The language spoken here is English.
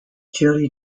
chili